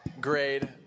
grade